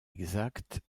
exacte